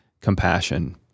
compassion